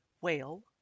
Whale